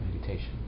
meditation